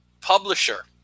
publisher